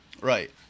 right